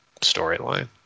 storyline